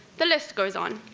the list goes on.